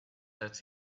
that